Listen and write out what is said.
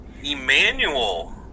Emmanuel